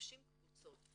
מגבשים קבוצות.